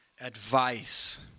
advice